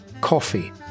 coffee